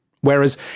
Whereas